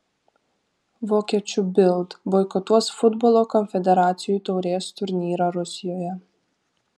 vokiečių bild boikotuos futbolo konfederacijų taurės turnyrą rusijoje